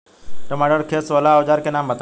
टमाटर के खेत सोहेला औजर के नाम बताई?